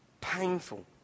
Painful